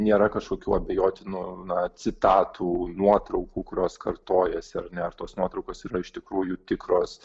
nėra kažkokių abejotinų na citatų nuotraukų kurios kartojasi ar ne ar tos nuotraukos yra iš tikrųjų tikros